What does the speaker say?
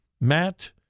Matt